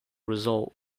result